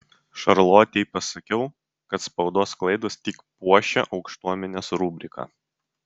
šarlotei pasakiau kad spaudos klaidos tik puošia aukštuomenės rubriką